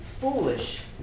foolish